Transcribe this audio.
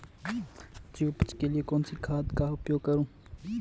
अच्छी उपज के लिए कौनसी खाद का उपयोग करूं?